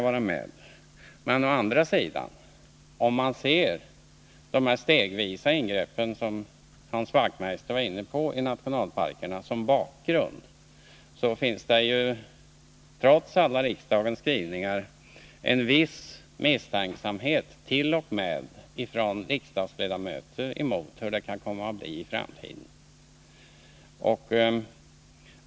Om man å andra sidan ser dessa stegvisa ingrepp i nationalparkerna som Hans Wachtmeister var inne på som en bakgrund, finns det trots alla riksdagens skrivningar en viss misstänksamhet, t.o.m. från riksdagsledamöter beträffande hur det kan komma att bli i framtiden.